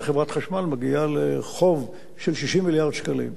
איך חברת חשמל מגיעה לחוב של 60 מיליארד שקלים?